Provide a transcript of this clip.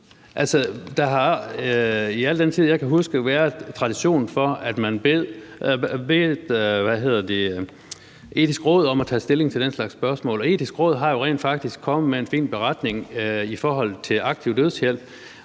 har der været tradition for, at man bad Det Etiske Råd om at tage stilling til den slags spørgsmål, og Det Etiske Råd er jo rent faktisk kommet med en fin beretning om aktiv dødshjælp.